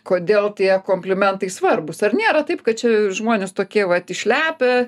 kodėl tie komplimentai svarbūs ar nėra taip kad čia žmonės tokie vat išlepę